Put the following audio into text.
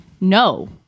no